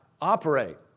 operate